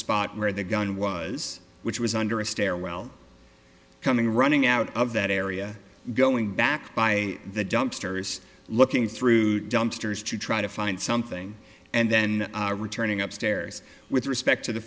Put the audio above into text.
spot where the gun was which was under a stairwell coming running out of that area going back by the dumpsters looking through to try to find something and then returning up stairs with respect to the